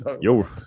yo